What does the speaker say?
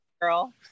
girl